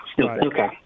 okay